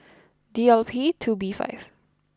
D L P two B five